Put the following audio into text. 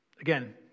again